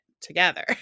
together